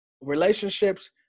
relationships